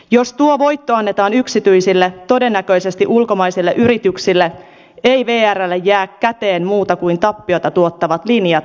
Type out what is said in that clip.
jos tuo voitto annetaan yksityisille todennäköisesti ulkomaisille yrityksille ei vrlle jää käteen muuta kuin tappiota tuottavat linjat